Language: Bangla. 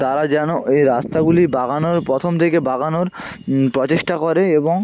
তারা যেন ওই রাস্তাগুলি বাগানোর প্রথম দিকে বাগানোর প্রচেষ্টা করে এবং